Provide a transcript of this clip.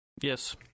Yes